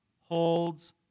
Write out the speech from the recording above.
holds